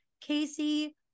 Casey